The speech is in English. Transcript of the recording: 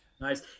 nice